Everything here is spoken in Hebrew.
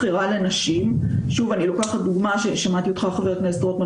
זאת אומרת הם עומדים בשורה אחת עם Cour des comptesלא בשינוי מהם,